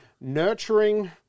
nurturing